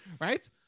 Right